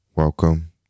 Welcome